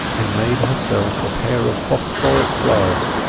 and made herself a pair of phosphoric gloves,